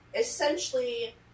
essentially